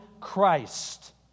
christ